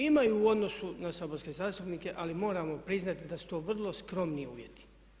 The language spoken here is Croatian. Imaju u odnosu na saborske zastupnike ali moramo priznati da su to vrlo skromni uvjeti.